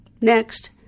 Next